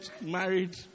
married